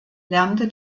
lernte